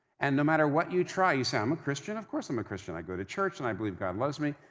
and no matter what you try, you say, i'm a christian, of course i'm a christian, i go to church and i believe god loves me,